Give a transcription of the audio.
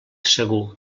segur